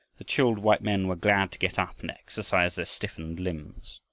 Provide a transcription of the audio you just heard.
the chilled white men were glad to get up and exercise their stiffened limbs.